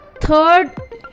Third